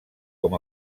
com